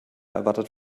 erwartet